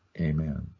Amen